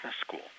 school